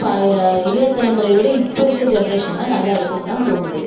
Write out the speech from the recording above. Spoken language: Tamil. பா ஏ இளைய தலைமுறையிய விட இப்போ இருக்கற ஜென்ரேஷன் தான் நல்லா இருக்குதுன்னு தான் தோணுது